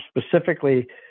specifically